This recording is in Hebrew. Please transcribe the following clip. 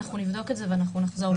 אנחנו נבדוק את זה ואנחנו נחזור לוועדה.